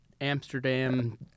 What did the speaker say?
Amsterdam